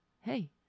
Hey